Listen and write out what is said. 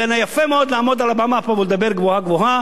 זה יפה מאוד לעמוד על הבמה פה ולדבר גבוהה-גבוהה.